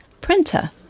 Printer